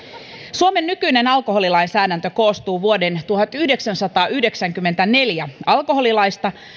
suomen nykyinen alkoholilainsäädäntö koostuu vuoden tuhatyhdeksänsataayhdeksänkymmentäneljä alkoholilaista